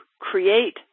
create